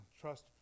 trust